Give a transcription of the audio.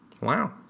Wow